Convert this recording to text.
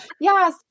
Yes